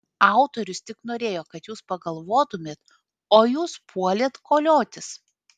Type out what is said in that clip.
autorius tik norėjo kad jūs pagalvotumėt o jūs puolėt koliotis